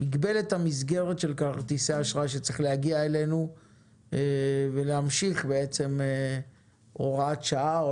מגבלת המסגרת של כרטיסי האשראי שצריכה להגיע אלינו ולהמשיך הוראת שעה.